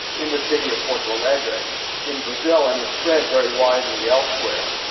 in the city of porto allegro in brazil and has spread very widely elsewhere.